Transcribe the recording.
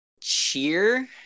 cheer